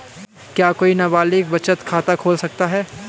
क्या कोई नाबालिग बचत खाता खोल सकता है?